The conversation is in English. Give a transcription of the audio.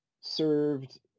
served